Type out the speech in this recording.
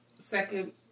second